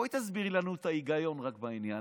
בואי תסבירי לנו את ההיגיון בעניין.